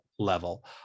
level